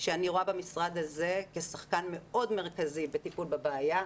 ואומר שאני רואה במשרד הזה שחקן מאוד מרכזי בטיפול בבעיה,